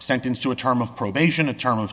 sentenced to a term of probation a term